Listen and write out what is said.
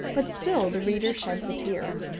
but still the reader sheds a tear.